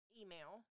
email